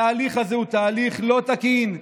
התהליך הזה הוא תהליך לא תקין,